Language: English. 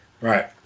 Right